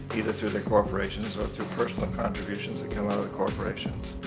either through the corporations or through personal contributions that come and corporations.